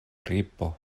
ripo